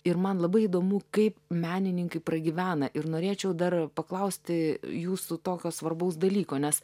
ir man labai įdomu kaip menininkai pragyvena ir norėčiau dar paklausti jūsų tokio svarbaus dalyko nes